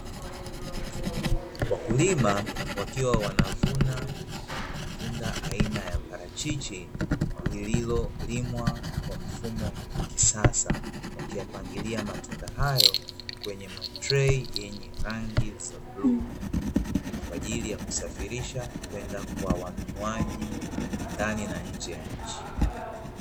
Wakulima wakiwa wanavuna tunda aina ya parachichi lililolimwa kwa mfumo wa kisasa, wakiyapangalia matunda hayo kwenye matrei yenye rangi za bluu, kwa ajili ya kusafirisha kwenda kwa wanunuaji ndani na nje ya nchi.